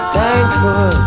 thankful